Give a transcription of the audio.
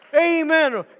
Amen